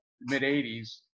mid-80s